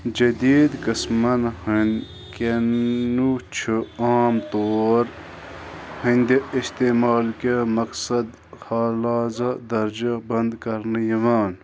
جدیٖد قٕسمن ہنٛدۍ كینوٚو چھِ عام طور ہنٛدِ اِستعمال کہِ مقصد درجہٕ بنٛد کرنہٕ یِوان